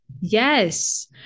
Yes